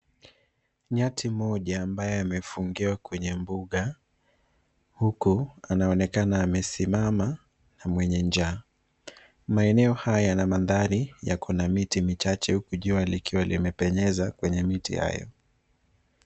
Nyati mmoja ambaye amefungiwa kwenye mbuga huku anaonekana amesimama na mwenye njaa. Maeneo haya yana mandhari, yako na miti michache huku jua likiwa limepenyeza kwenye miti hayo.